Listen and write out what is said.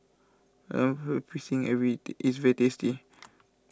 Lemper Pisang every is very tasty